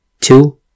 Two